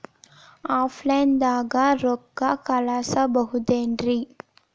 Offline ದಾಗ ರೊಕ್ಕ ಕಳಸಬಹುದೇನ್ರಿ?